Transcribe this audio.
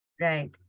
Right